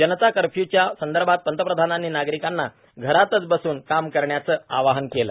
जनता कर्फ्यूच्या संदर्भात पंतप्रधानांनी नागरिकांना घरातच बसून काम करण्याचे आवाहन केलं